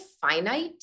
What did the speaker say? finite